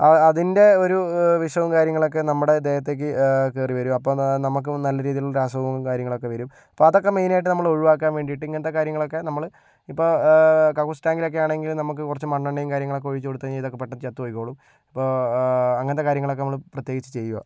ആ അതിൻ്റെ ഒരു വിഷവും കാര്യങ്ങളൊക്കെ നമ്മുടെ ദേഹത്തേക്ക് കയറി വരും അപ്പോൾ നമ്മൾക്ക് നല്ല രീതിയിലുള്ള അസുഖവും കാര്യങ്ങളൊക്കെ വരും അപ്പോൾ അതൊക്കെ മെയിനായിട്ട് നമ്മൾ ഒഴിവാക്കാൻ വേണ്ടിയിട്ട് ഇങ്ങനത്തെ കാര്യങ്ങളൊക്കെ നമ്മൾ ഇപ്പോൾ കക്കൂസ് ടാങ്കിലൊക്കെ ആണെങ്കിൽ നമ്മൾക്ക് കുറച്ച് മണ്ണെണ്ണയും കാര്യങ്ങളൊക്കെ ഒഴിച്ച് കൊടുത്ത് കഴിഞ്ഞാൽ ഇതൊക്കെ പെട്ടെന്ന് ചത്ത് പൊയ്ക്കോളും അപ്പോൾ അങ്ങനത്തെ കാര്യങ്ങളൊക്കെ നമ്മൾ പ്രത്യേകിച്ച് ചെയ്യുക